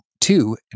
two